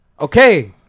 Okay